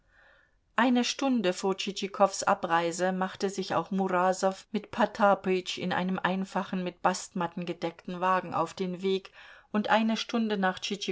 eine stunde vor tschitschikows abreise machte sich auch murasow mit potapytsch in einem einfachen mit bastmatten gedeckten wagen auf den weg und eine stunde nach